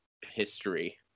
history